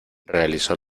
realizó